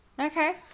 Okay